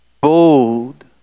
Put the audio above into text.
Bold